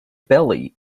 belly